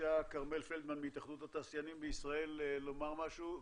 ביקשה כרמל פלדמן מהתאחדות התעשיינים בישראל לומר משהו.